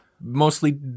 Mostly